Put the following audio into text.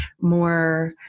more